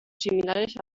similares